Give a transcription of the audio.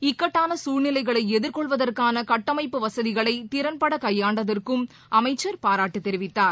இக்கட்டான சூழ்நிலைகளை எதிர்கொள்வதற்கான கட்டமைப்பு வசதிகளை திறன்பட கையாண்டதற்கும் அமைச்சர் பாராட்டு தெரிவித்தார்